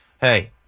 hey